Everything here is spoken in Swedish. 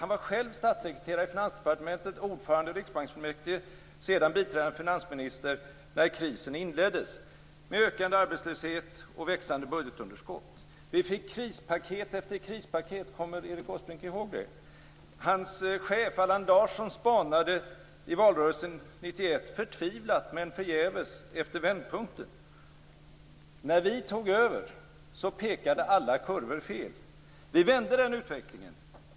Han var själv statssekreterare i Finansdepartementet, ordförande i Riksbanksfullmäktige och sedan biträdande finansminister när krisen inleddes med ökande arbetslöshet och växande budgetunderskott. Vi fick krispaket efter krispaket. Kommer Erik Åsbrink ihåg det? Hans chef Allan Larsson spanade i valrörelsen 1991 förtvivlat men förgäves efter vändpunkten. När vi tog över pekade alla kurvor fel. Vi vände den utvecklingen.